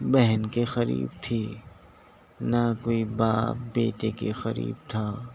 بہن کے قریب تھی نہ کوئی باپ بیٹے کے قریب تھا